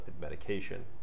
medication